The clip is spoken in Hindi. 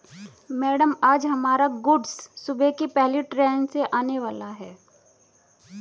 मैडम आज हमारा गुड्स सुबह की पहली ट्रैन से आने वाला है